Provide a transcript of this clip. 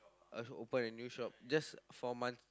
uh open a new shop just four months